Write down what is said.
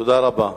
תודה רבה.